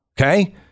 Okay